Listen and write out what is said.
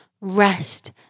rest